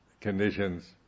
conditions